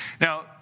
Now